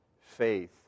faith